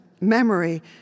memory